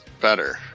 better